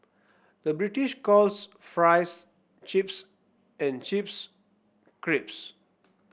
the British calls fries chips and chips creeps